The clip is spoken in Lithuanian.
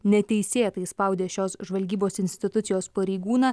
neteisėtai spaudė šios žvalgybos institucijos pareigūną